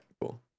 cool